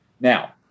Now